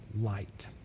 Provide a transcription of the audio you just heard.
light